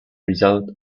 result